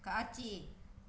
காட்சி